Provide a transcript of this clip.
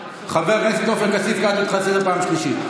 חבר הכנסת עופר כסיף, קראתי אותך לסדר פעם שלישית.